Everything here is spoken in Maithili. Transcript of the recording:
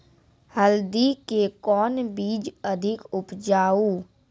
हल्दी के कौन बीज अधिक उपजाऊ?